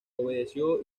obedeció